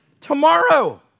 tomorrow